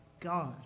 God